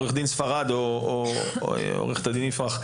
עורך הדין ספרד או עורכת הדין יפרח,